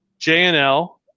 JNL